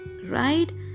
right